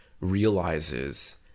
realizes